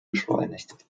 beschleunigt